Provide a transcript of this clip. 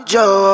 Joe